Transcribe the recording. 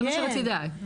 זה מה שרציתי לדעת.